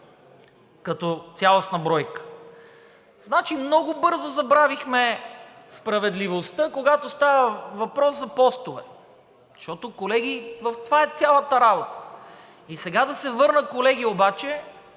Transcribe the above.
като цялостна бройка. Значи, много бързо забравихме справедливостта, когато става въпрос за постове. Защото, колеги, в това е цялата работа. И сега да се върна, колеги,